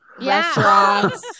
restaurants